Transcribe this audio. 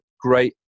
Great